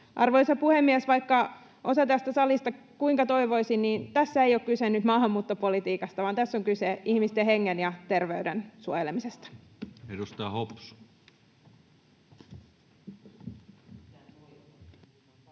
Arvoisa puhemies! Vaikka osa tästä salista kuinka toivoisi, niin tässä ei ole kyse nyt maahanmuuttopolitiikasta, vaan tässä on kyse ihmisten hengen ja terveyden suojelemisesta. [Speech 97]